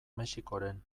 mexikoren